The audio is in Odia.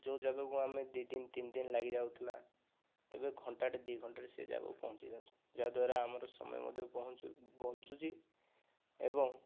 ଯେଉଁ ଜାଗାକୁ ଆମେ ଦୁଇ ଦିନ ତିନ ଦିନ ଲାଗିଯାଉଥିଲା ଏବେ ଘଣ୍ଟାଟିଏ ଦୁଇ ଘଣ୍ଟାରେ ସେ ଜାଗାକୁ ପହଞ୍ଚି ଯାଉଛୁ ଯାହାଦ୍ୱାରା ଆମର ସମୟ ମଧ୍ୟ ବଞ୍ଚୁଛି ଏବଂ